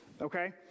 okay